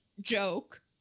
joke